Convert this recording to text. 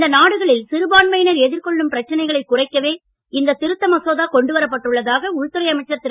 இந்த நாடுகளில் சிறுபான்மையினர் எதிர்கொள்ளும் பிரச்சினைகளைக் குறைக்கவே இந்த திருத்த மசோதா கொண்டுவரப்பட்டுள்ளதாக உள்துறை அமைச்சர் திரு